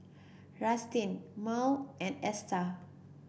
Rustin Mearl and Esta